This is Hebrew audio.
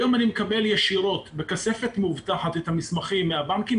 היום אני מקבל ישירות בכספת מאובטחת את המסמכים מהבנקים,